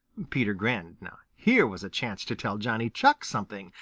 peter grinned. here was a chance to tell johnny chuck something,